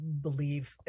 believe